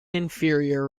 inferior